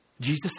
Jesus